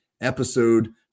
episode